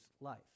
life